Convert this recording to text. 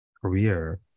career